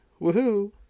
woohoo